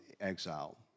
exile